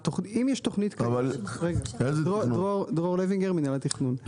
אני ממינהל התכנון.